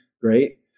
Great